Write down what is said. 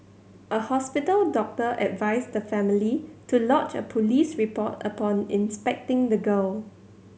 a hospital doctor advised the family to lodge a police report upon inspecting the girl